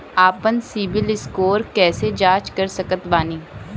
आपन CIBIL score कैसे जांच सकत बानी?